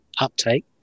uptake